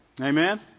Amen